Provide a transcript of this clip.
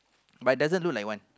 but it doesn't look like one